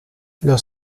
los